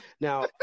Now